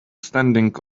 standing